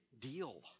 deal